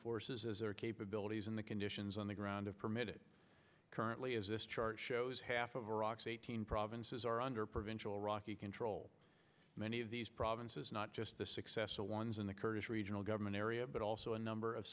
their capabilities and the conditions on the ground of permit currently as this chart shows half of iraq's eighteen provinces are under provincial iraqi control many of these provinces not just the successful ones in the kurdish regional government area but also a number of